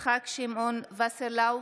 יצחק שמעון וסרלאוף,